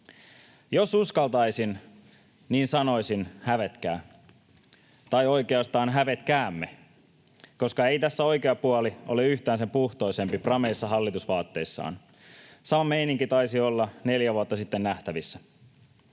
Jos uskaltaisin, niin sanoisin: hävetkää. Tai oikeastaan hävetkäämme, koska ei tässä oikea puoli ole yhtään sen puhtoisempi prameissa hallitusvaatteissaan. Sama meininki taisi olla neljä vuotta sitten nähtävissä.